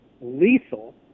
lethal